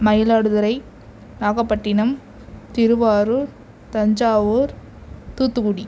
Mayiladuthurai Nagapattinam Thiruvarur Thanjavur Thoothukudi